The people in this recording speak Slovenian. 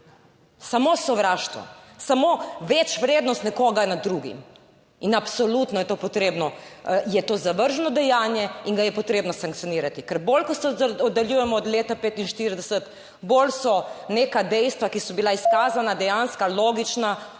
samo sovraštvo, samo večvrednost nekoga nad drugim. In absolutno je to potrebno, je to zavržno dejanje in ga je potrebno sankcionirati. Ker bolj ko se oddaljujemo od leta 1945, bolj so neka dejstva, ki so bila izkazana, dejanska, logična,